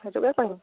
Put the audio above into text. সেইটোকে কৰিম